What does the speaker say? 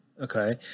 Okay